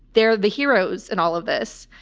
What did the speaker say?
they're the heroes in all of this.